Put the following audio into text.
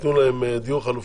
ייתנו להם דיור חלופי,